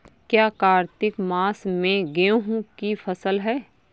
क्या कार्तिक मास में गेहु की फ़सल है?